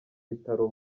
bitaro